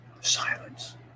silence